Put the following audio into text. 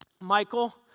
Michael